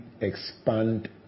expand